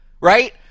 Right